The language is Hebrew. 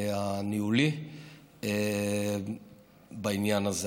הניהולי בעניין הזה.